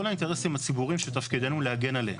כל האינטרסים הציבוריים שתפקידנו להגן עליהם.